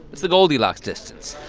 it's the goldilocks distance.